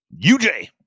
uj